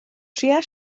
trïa